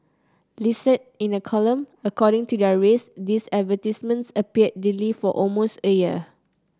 listed in a column according to their race these advertisements appeared daily for almost a year